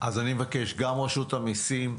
אז אני מבקש, גם רשות המיסים,